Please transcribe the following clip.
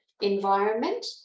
environment